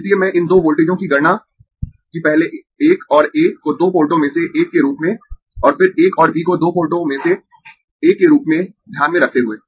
इसलिए मैंने इन दो वोल्टेजों की गणना की पहले 1 और A को दो पोर्टों में से एक के रूप में और फिर 1 और B को दो पोर्टों में से एक के रूप में ध्यान में रखते हुए